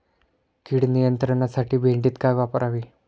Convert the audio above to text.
कीड नियंत्रणासाठी भेंडीत काय वापरावे?